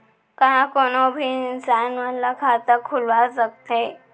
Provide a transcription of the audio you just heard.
का कोनो भी इंसान मन ला खाता खुलवा सकथे?